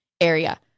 area